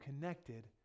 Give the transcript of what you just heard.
connected